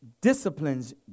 disciplines